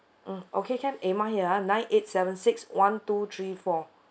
mm okay can emma here ah nine eight seven six one two three four